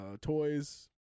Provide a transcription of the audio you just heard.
toys